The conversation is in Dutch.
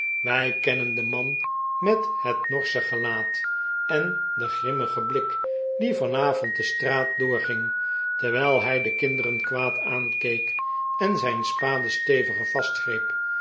wij kennen den man met het norsche gelaat en den grimmigen blik die vanavond de straat door ging terwijl hij de kinderen kwaad aankeek en zijn spade steviger